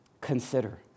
consider